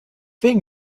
wegen